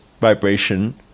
vibration